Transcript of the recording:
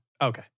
Okay